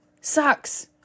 sucks